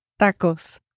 Tacos